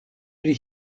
pri